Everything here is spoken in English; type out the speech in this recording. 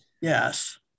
Yes